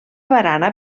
barana